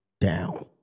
down